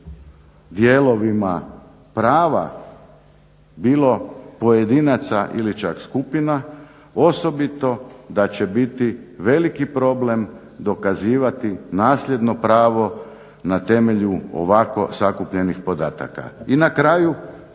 dijelovima prava bilo pojedinaca ili čak skupina, osobito da će biti veliki problema dokazivati nasljedno pravo na temelju ovako sakupljenih podataka. I na kraju,